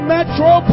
Metro